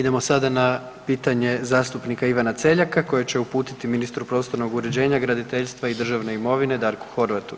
Idemo na pitanje zastupnika Ivana Celjaka koji će uputiti ministru prostornog uređenja, graditeljstva i državne imovine, Darku Horvatu.